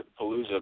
Palooza